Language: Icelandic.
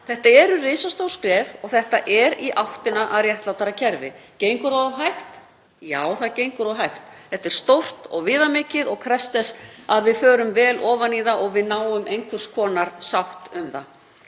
Þetta eru risastór skref og þetta er í áttina að réttlátara kerfi. Gengur það of hægt? Já, það gengur of hægt. Þetta er stórt og viðamikið og krefst þess að við förum vel ofan í það og náum einhvers konar sátt um það.